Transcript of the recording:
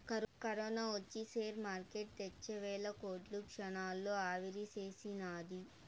corona ఒచ్చి share market తెచ్చే వేల కోట్లు క్షణాల్లో ఆవిరిసేసినాది